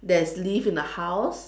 there's lift in the house